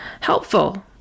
helpful